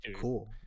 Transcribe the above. cool